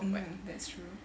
mmhmm that's true